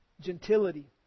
Gentility